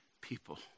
people